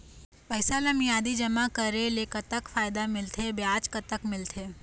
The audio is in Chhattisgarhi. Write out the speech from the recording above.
पैसा ला मियादी जमा करेले, कतक फायदा मिलथे, ब्याज कतक मिलथे?